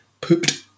pooped